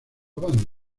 avance